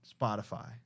spotify